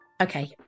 Okay